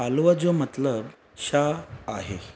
आलू जो मतिलबु छा आहे